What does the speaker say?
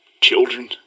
Children